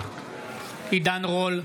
עידן רול,